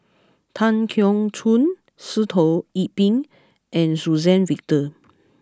Tan Keong Choon Sitoh Yih Pin and Suzann Victor